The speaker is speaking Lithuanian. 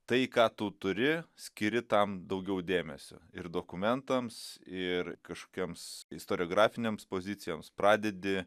tai ką tu turi skiri tam daugiau dėmesio ir dokumentams ir kažkokioms istoriografinėms pozicijoms pradedi